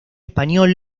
español